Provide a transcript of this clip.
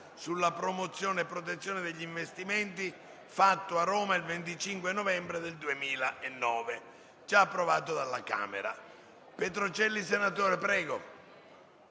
sulla promozione e protezione degli investimenti, fatto a Roma il 25 novembre 2009***